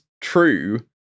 true